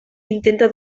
intenta